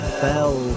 fell